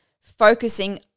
Focusing